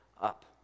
up